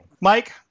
Mike